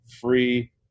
free